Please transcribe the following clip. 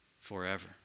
forever